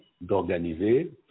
d'organiser